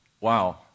Wow